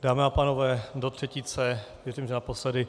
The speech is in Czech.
Dámy a pánové, do třetice, myslím, že naposledy.